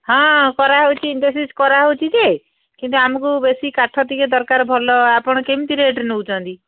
ହଁ କରାହଉଛି କରାହଉଛି ଯେ କିନ୍ତୁ ଆମକୁ ବେଶୀ କାଠ ଟିକିଏ ଦରକାର ଭଲ ଆପଣ କେମିତି ରେଟ୍ରେ ନଉଛନ୍ତି